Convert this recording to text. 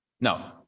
No